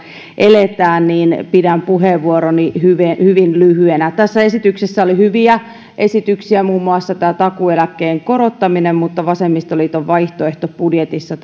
eletään pidän puheenvuoroni hyvin hyvin lyhyenä tässä esityksessä oli hyviä esityksiä muun muassa tämä takuueläkkeen korottaminen mutta vasemmistoliiton vaihtoehtobudjetissa